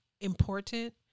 important